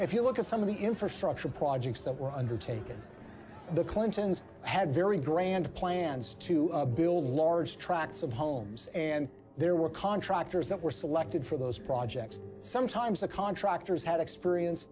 if you look at some of the infrastructure projects that were undertaken the clintons had very grand plans to build large tracts of homes and there were contractors that were selected for those projects sometimes the contractors had experience